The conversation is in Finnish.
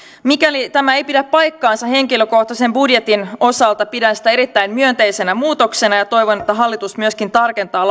mikäli tämä ei pidä paikkaansa henkilökohtaisen budjetin osalta pidän sitä erittäin myönteisenä muutoksena ja toivon että hallitus myöskin tarkentaa